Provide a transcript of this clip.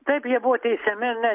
taip jie buvo teisiami ne